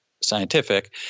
scientific